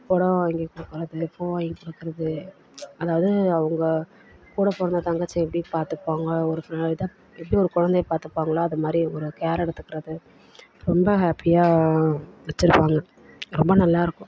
பொடவை வாங்கி கொடுக்கறது பூ வாங்கி கொடுக்கறது அதாவது அவங்க கூட பிறந்த தங்கச்சியை எப்படி பார்த்துப்பாங்க ஒரு ஃப்ரெ இதை எப்படி ஒரு கொழந்தைய பார்த்துப்பாங்களோ அது மாதிரி ஒரு கேர் எடுத்துக்கிறது ரொம்ப ஹேப்பியாக வெச்சிருப்பாங்க ரொம்ப நல்லா இருக்கும்